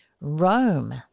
Rome